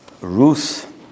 Ruth